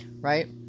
right